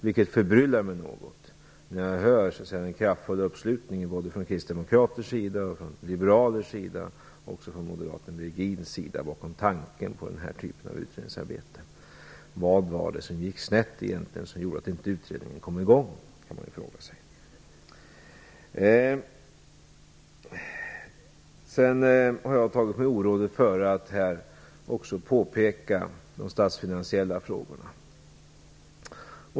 Det förbryllar mig något när jag hör den kraftfulla uppslutningen från kristdemokraters sida, från liberalers sida och även från moderaten Virgins sida bakom tanken på den här typen av utredningsarbete. Vad var det som gick snett egentligen, som gjorde att inte utredningen kom i gång? Det kan man fråga sig. Jag har tagit mig orådet före att också påpeka de statsfinansiella frågorna.